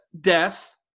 death